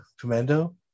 commando